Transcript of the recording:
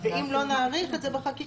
אז אם לא נאריך את זה בחקיקה,